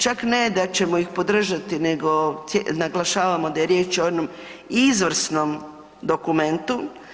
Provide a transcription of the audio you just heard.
Čak ne da ćemo ih podržati nego naglašavamo da je riječ o jednom izvrsnom dokumentu.